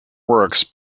works